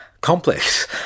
complex